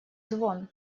звон